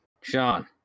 Sean